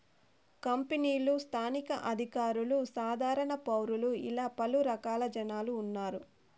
కంపెనీలు స్థానిక అధికారులు సాధారణ పౌరులు ఇలా పలు రకాల జనాలు ఉన్నారు